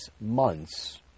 months